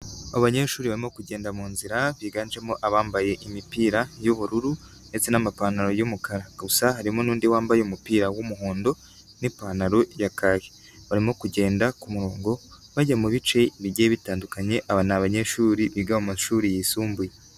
Abanyeshuri barimo kugenda mu nzira biganjemo abambaye imipira y'ubururu ndetse n'amapantaro y'umukara gusa harimo n'undi wambaye umupira w'umuhondo n'ipantaro ya kake, barimo kugenda ku murongo bajya mu bice bigiye bitandukanye, aba ni abanyeshuri biga mu mashuri yisumbuye.